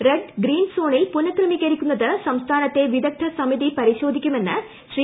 red green സോണിൽ പുനക്രമീകരിക്കുന്നത് സംസ്ഥാനത്തെ വിദഗ്ധ സമിതി പരിശോധിക്കുമെന്ന് ശ്രീ